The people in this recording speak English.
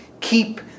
keep